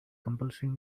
compulsory